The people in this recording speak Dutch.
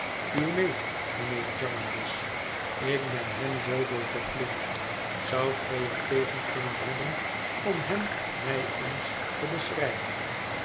mijnheer jarndyce ik ben hem zooveel verplicht zoudt gij er tegen hebben om hem mij eens te beschrijven